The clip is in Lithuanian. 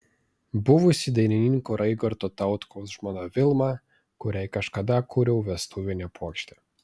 buvusi dainininko raigardo tautkaus žmona vilma kuriai kažkada kūriau vestuvinę puokštę